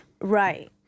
Right